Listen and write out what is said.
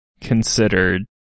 considered